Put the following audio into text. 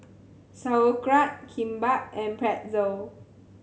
Sauerkraut Kimbap and Pretzel